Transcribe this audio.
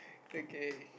okay